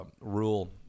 rule